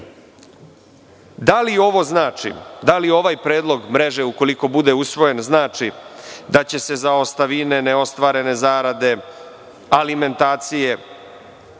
li ovo znači, da li ovaj predlog mreže, ukoliko bude usvojen znači da će se za ostavine, neostvarene zarade, alimentacije,